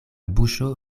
buŝo